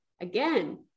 again